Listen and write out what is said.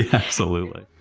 absolutely.